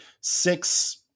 six